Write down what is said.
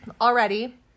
already